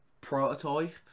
Prototype